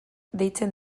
deitzen